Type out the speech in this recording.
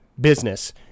business